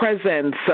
Presence